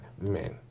men